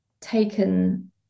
taken